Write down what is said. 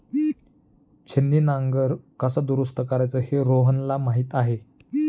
छिन्नी नांगर कसा दुरुस्त करायचा हे रोहनला माहीत आहे